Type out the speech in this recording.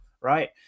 right